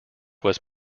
west